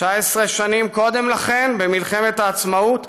19 שנים קודם לכן, במלחמת העצמאות,